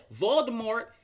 voldemort